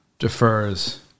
Defers